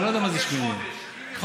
אני לא יודע מה זה 8. עכשיו,